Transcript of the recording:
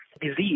disease